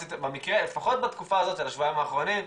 לפחות בתקופה הזו של השבועיים האחרונים,